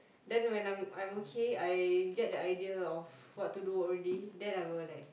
then when I'm I'm okay I get the idea of what to do already then I will like